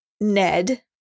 Ned